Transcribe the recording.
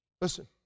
Listen